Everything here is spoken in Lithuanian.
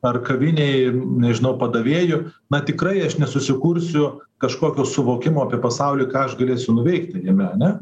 ar kavinėj nežinau padavėju na tikrai aš nesusikursiu kažkokio suvokimo apie pasaulį ką aš galėsiu nuveikti jame ane